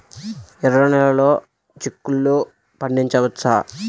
ఎర్ర నెలలో చిక్కుల్లో పండించవచ్చా?